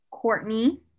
Courtney